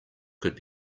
could